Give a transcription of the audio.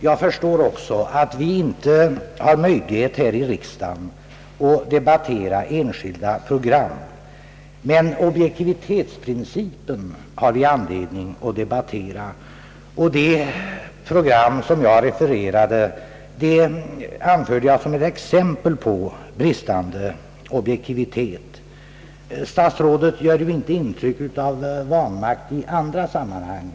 Jag förstår, att vi inte har möjlighet att här i riksdagen debattera enskilda program, men objektivitetsprincipen har vi anledning att debattera. Det program, som jag refererade anförde jag som ett exempel på bristande objektivitet. Statsrådet gör inte intryck av vanmakt i andra sammanhang.